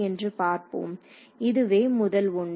என்று பார்ப்போம் இதுவே முதல் ஒன்று